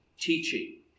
teaching